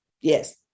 yes